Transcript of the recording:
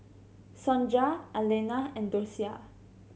Sonja Arlena and Docia